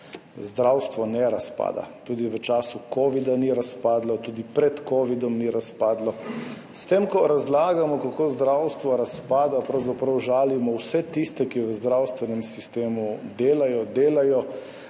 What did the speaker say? Zdravstvo ne razpada. Tudi v času covida ni razpadlo, tudi pred covidom ni razpadlo. S tem, ko razlagamo, kako zdravstvo razpada, pravzaprav žalimo vse tiste, ki v zdravstvenem sistemu delajo, delajo